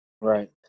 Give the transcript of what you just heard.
Right